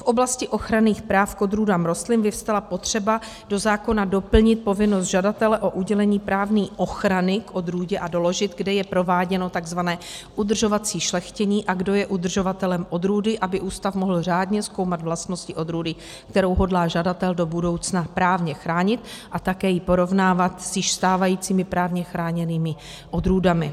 V oblasti ochranných práv k odrůdám rostlin vyvstala potřeba do zákona doplnit povinnost žadatele o udělení právní ochrany k odrůdě a doložit, kde je prováděno takzvané udržovací šlechtění a kdo je udržovatelem odrůdy, aby ústav mohl řádně zkoumat vlastnosti odrůdy, kterou hodlá žadatel do budoucna právně chránit, a také ji porovnávat s již stávajícími právně chráněnými odrůdami.